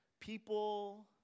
people